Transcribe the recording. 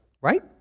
right